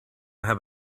have